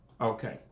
Okay